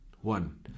One